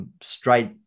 straight